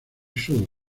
sur